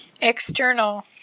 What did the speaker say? external